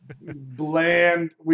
bland